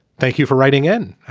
thank you for writing in.